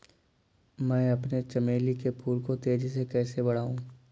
मैं अपने चमेली के फूल को तेजी से कैसे बढाऊं?